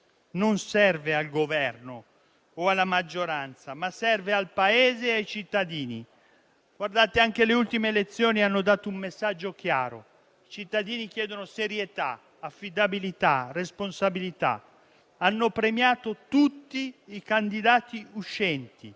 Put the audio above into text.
non serve al Governo o alla maggioranza, ma al Paese e ai cittadini. Anche le ultime elezioni hanno dato un messaggio chiaro: i cittadini chiedono serietà, affidabilità e responsabilità; hanno premiato tutti i candidati uscenti,